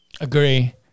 Agree